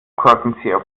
korkenzieher